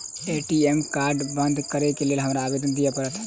ATM card बंद करैक लेल हमरा आवेदन दिय पड़त?